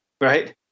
Right